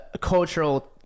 cultural